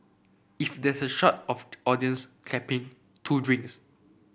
if there's a shot of audience clapping two drinks